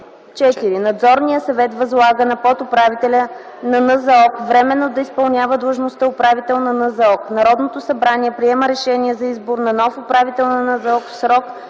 4 надзорният съвет възлага на подуправителя на НЗОК временно да изпълнява длъжността управител на НЗОК. Народното събрание приема решение за избор на нов управител на НЗОК в срок,